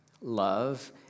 Love